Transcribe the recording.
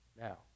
Now